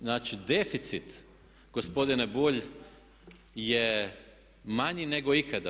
Znači deficit gospodine Bulj je manji nego ikada.